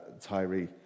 Tyree